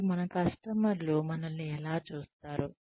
మరియు మన కస్టమర్లు మనల్ని ఎలా చూస్తారు